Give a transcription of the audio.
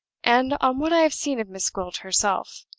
and on what i have seen of miss gwilt herself,